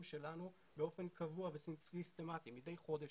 שלנו באופן קבוע וסיסטמטי מדי חודש,